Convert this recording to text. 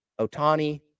Otani